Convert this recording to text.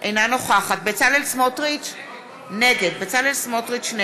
אינה נוכחת בצלאל סמוטריץ, נגד